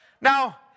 Now